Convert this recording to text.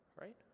right